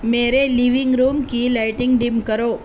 میرے living room کی lighting dim کرو